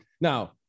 Now